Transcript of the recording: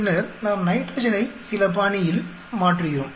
பின்னர் நாம் நைட்ரஜனை சில பாணியில் மாற்றுகிறோம்